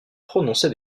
prononcée